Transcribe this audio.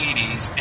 80s